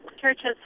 churches